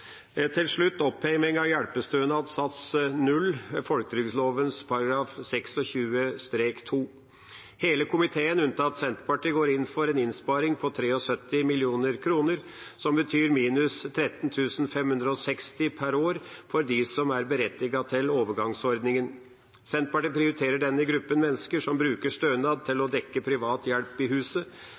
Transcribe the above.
til slutt er det oppheving av hjelpestønad sats 0 i folketrygdloven § 26-2. Hele komiteen unntatt Senterpartiet går inn for en innsparing på 73 mill. kr, som betyr minus 13 560 kr per år for dem som er berettiget til overgangsordningen. Senterpartiet prioriterer denne gruppa med mennesker som bruker stønad til å dekke privat hjelp i huset.